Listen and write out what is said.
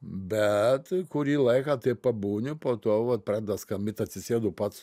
bet kurį laiką tai pabūni po to vat pradeda skambyt atsisėdu pats